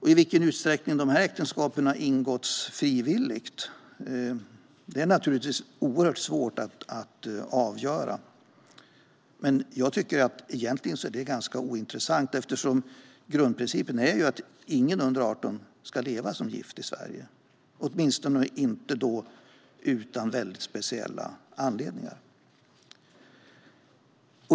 I vilken utsträckning dessa äktenskap har ingåtts frivilligt är naturligtvis oerhört svårt att avgöra, men jag tycker att detta egentligen är ganska ointressant eftersom grundprincipen är att ingen under 18 ska leva som gift i Sverige, åtminstone inte utan väldigt speciella anledningar.